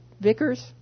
Vickers